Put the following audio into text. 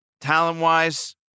talent-wise